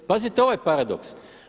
Pazite ovaj paradoks.